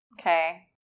Okay